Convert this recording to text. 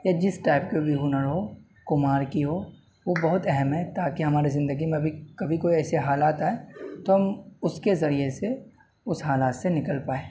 یا جس ٹائپ کا بھی ہنر ہو کمہار کی ہو وہ بہت اہم ہے تاکہ ہمارے زندگی میں ابھی کبھی کوئی ایسے حالات آئیں تو ہم اس کے ذریعے سے اس حالات سے نکل پائیں